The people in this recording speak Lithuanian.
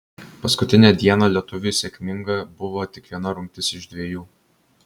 paskutinę dieną lietuviui sėkminga buvo tik viena rungtis iš dvejų